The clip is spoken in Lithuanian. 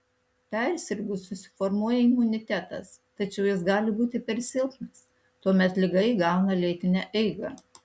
persirgus susiformuoja imunitetas tačiau jis gali būti per silpnas tuomet liga įgauna lėtinę eigą